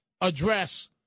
address